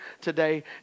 today